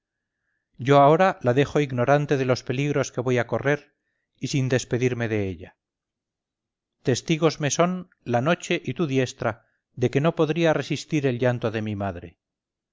yo ahora la dejo ignorante de los peligros que voy a correr y sin despedirme de ella testigos me son la noche y tu diestra de que no podría resistir el llanto de mi madre